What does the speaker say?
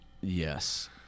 Yes